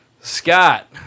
Scott